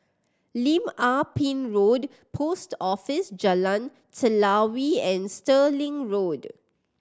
Lim Ah Pin Road Post Office Jalan Telawi and Stirling Road